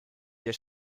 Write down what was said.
wir